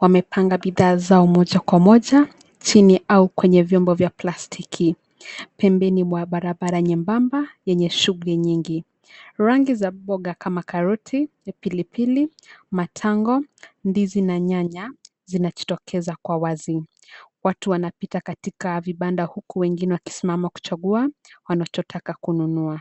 wamepanga bidhaa zao moja kwa moja chini au kwenye vyombo vya plastiki pembeni mwa barabara nyembamba yenye shughuli nyingi. Rangi za mboga kama karoti, pilipili, matango, ndizi na nyanya, zinajitokeza kwa wazi. Watu wanapita katika vibanda huko wengine wakisimama kuchagua wanachotaka kununua.